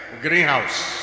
greenhouse